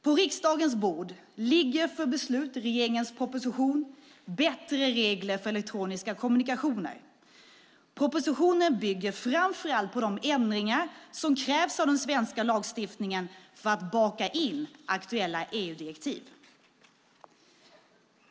På riksdagens bord ligger för beslut regeringens proposition Bättre regler för elektroniska kommunikationer . Propositionen bygger framför allt på de ändringar som krävs av den svenska lagstiftningen för att baka in aktuella EU-direktiv.